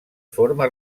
forma